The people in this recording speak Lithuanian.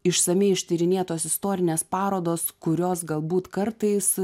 išsamiai ištyrinėtos istorinės parodos kurios galbūt kartais